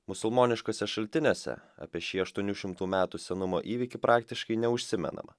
musulmoniškuose šaltiniuose apie šį aštuonių šimtų metų senumo įvykį praktiškai neužsimenama